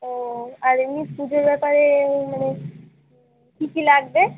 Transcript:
ও আর এমনি পুজোর ব্যাপারে মানে কী কী লাগবে